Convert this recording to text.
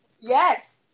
Yes